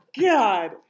God